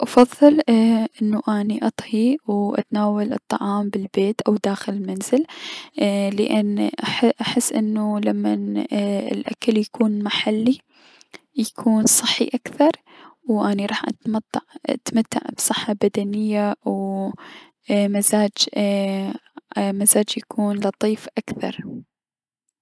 افضل انو اني اطهي و اتناول الطعام داخل منزل لأن احس لمن الأكل يكون محلي يمون صحي اكثر و اني راح اطمت- اتمتع بصحة بدنية و مزاج ايي- مزاج يكون لطيف اكثر.